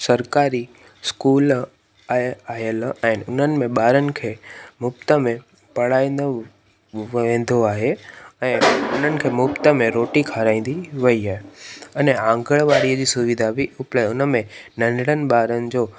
सरकारी स्कूल आहे आयल आहिनि ऐं उन्हनि में ॿारनि खे मुफ़्ति में पढ़ाईंदो वेंदो आहे ऐं उन्हनि खे मुफ़्ति में रोटी खाराईंदी वई आहे अने आंगणवारीअ जी सुविधा बि उप ऐं उन में नन्ढिड़नि ॿारनि जो